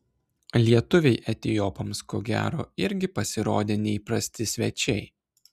lietuviai etiopams ko gero irgi pasirodė neįprasti svečiai